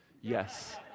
Yes